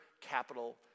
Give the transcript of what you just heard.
capital